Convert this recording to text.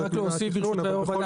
אני רק אוסיף ברשות היושב-ראש,